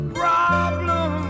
problem